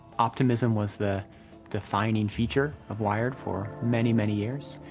optimism was the defining feature of wired for many, many years.